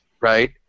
right